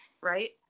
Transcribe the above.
Right